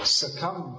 succumb